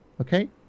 okay